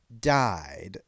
died